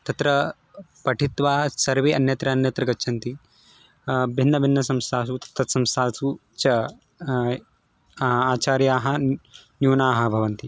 तत्र पठित्वा सर्वे अन्यत्र अन्यत्र गच्छन्ति भिन्नभिन्नसंस्थासु तत्संस्थासु च आचार्याः न्यूनाः भवन्ति